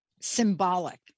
symbolic